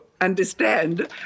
understand